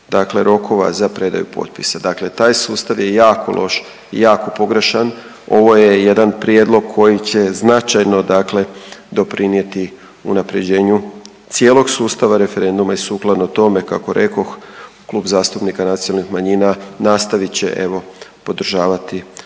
rokova za predaju potpisa. Dakle, taj sustav je jako loš i jako pogrešan. Ovo je jedan prijedlog koji će značajno dakle doprinijeti unapređenju cijelog sustava referenduma i sukladno tome kako rekoh Klub zastupnika nacionalnih manjina nastavit će evo podržavati